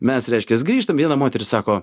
mes reiškias grįžtam viena moteris sako